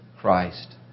Christ